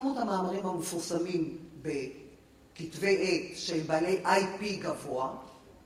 כמות המאמרים המפורסמים בכתבי עט של בעלי IP גבוה